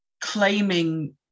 claiming